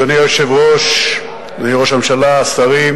בא ואומר שהשכירות תרד לגמרי כדי לפגוע באותם המשכירים.